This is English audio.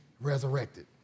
resurrected